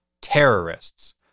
terrorists